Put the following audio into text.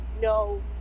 no